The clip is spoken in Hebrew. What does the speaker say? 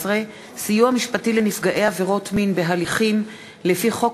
14) (סיוע משפטי לנפגעי עבירות מין בהליכים לפי חוק